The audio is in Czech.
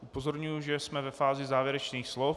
Upozorňuji, že jsme ve fázi závěrečných slov.